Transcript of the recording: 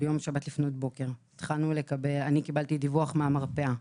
בשבת לפנות בוקר קבלתי דיווח מהמרפאה